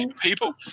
people